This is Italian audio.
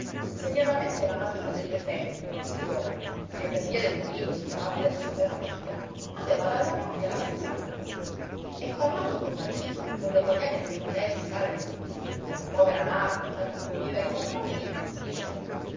segnatamente la maggiore delle femmine sidora che per via del marito si chiamava adesso peronella aveva dalla rabbia la schiuma alla bocca e parlando col marito con le cognate e coi fratelli saru e luzzu della povera narda andata a convivere con la matrigna diceva